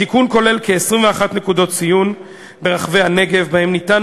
התיקון כולל כ-21 נקודות ציון ברחבי הנגב שבהן ניתן